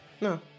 No